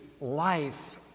life